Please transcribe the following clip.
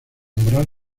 moral